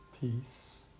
peace